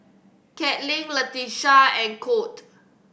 Katlin Latisha and Colt